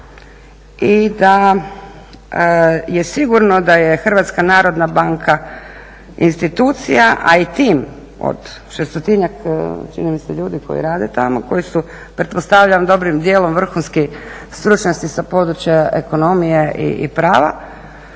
i da je sigurno da je Hrvatska narodna banka institucija, a i tim od šestotinjak čini mi se ljudi koji rade tamo, koji su pretpostavljam dobrim dijelom vrhunski stručnjaci sa područja ekonomije i prava,